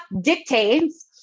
dictates